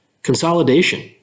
Consolidation